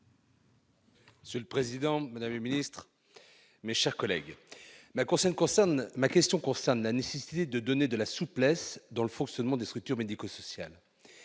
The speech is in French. Monsieur le président, madame la ministre, mes chers collègues, ma question porte sur la nécessité d'apporter de la souplesse au fonctionnement des structures médico-sociales.